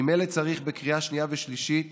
ממילא צריך בקריאה שנייה ושלישית